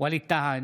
ווליד טאהא,